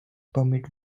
permit